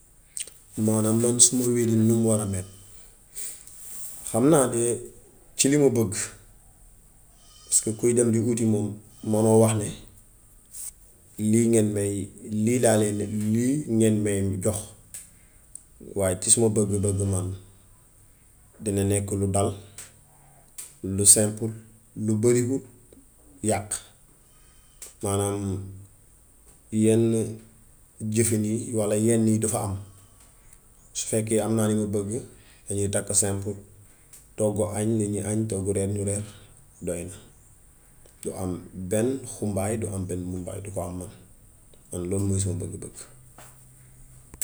Maanaam loolu sama weeding num war a mel. Xam naa de ci li ma bëgg paska kuy dem di wuti moom mënoo wax ni lii ngeen may, lii laa leen, lii ngeen may jox. Waaye ci sama bëgg-bëgg man dina nekk lu dal, lu seempul, lu bariwul yàq maanaam yenn jëfin yi walla yenn yi du fa am su fekkee am naa li ma bëgg, dañuy takk seempul; toggu añ nit ñi añ, toggu reer ñu reer doy na. Du am benn xumbaay, du am mumbaay du ko am man. Man loolu mooy sama bëgg-bëgg.